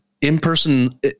in-person